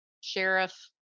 sheriff